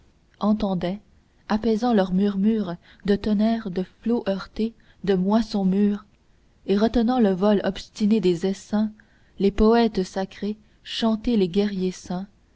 entendaient apaisant leurs murmures de tonnerres de flots heurtés de moissons mûres et retenant le vol obstiné des essaims les poètes sacrés chanter les guerriers saints